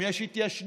פתאום, יש התיישנות,